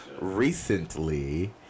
Recently